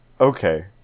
Okay